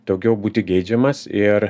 daugiau būti geidžiamas ir